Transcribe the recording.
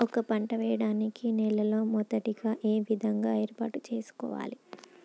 ఒక పంట వెయ్యడానికి నేలను మొదలు ఏ విధంగా ఏర్పాటు చేసుకోవాలి?